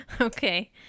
Okay